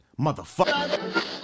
motherfucker